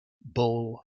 bowl